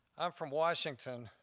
i'm from washington,